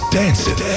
dancing